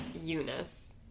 Eunice